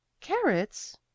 Carrots